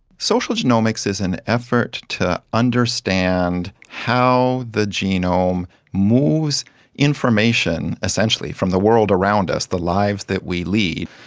social genomics is an effort to understand how the genome moves information essentially from the world around us, the lives that we lead,